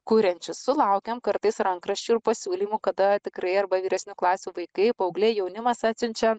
kuriančius sulaukiam kartais rankraščių ir pasiūlymų kada tikrai arba vyresnių klasių vaikai paaugliai jaunimas atsiunčia